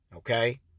Okay